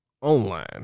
online